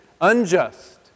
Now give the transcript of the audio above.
unjust